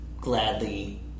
gladly